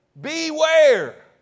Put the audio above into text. Beware